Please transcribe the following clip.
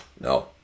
no